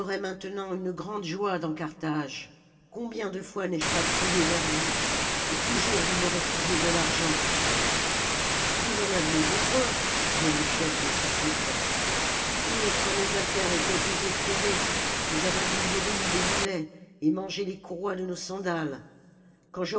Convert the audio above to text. maintenant une grande joie dans carthage combien de fois n'ai-je pas crié vers vous et toujours vous me refusiez de l'argent nous en avions besoin dirent les chefs des sjssites et quand mes affaires étaient désespérées nous avons bu l'urine des mulets et mangé les courroies de nos sandales